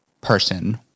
person